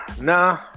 Nah